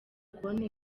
konti